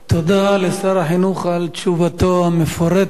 תודה לשר החינוך על תשובתו המפורטת.